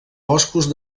boscos